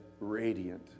radiant